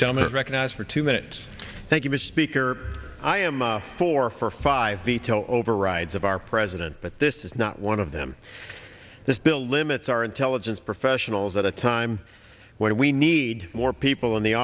gentlemen is recognized for two minutes thank you was speaker i am a four for five veto overrides of our president but this is not one of them this bill limits our intelligence professionals at a time when we need more people in the